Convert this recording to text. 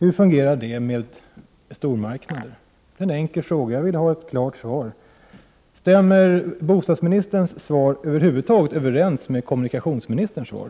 Hur går det ihop med stormarknader? Det är en enkel fråga, och jag vill ha ett klart svar. Stämmer bostadsministerns svar över huvud taget överens med kommunikationsministerns svar?